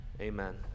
Amen